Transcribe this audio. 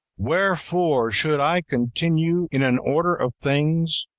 wherefore should i continue in an order of things,